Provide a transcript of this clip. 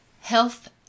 health